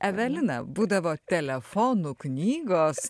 evelina būdavo telefonų knygos